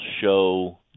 show